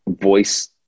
voice